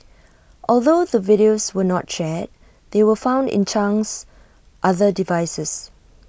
although the videos were not shared they were found in Chang's other devices